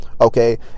okay